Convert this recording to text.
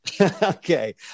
Okay